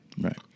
Right